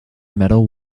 medal